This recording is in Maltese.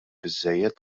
biżżejjed